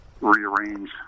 rearrange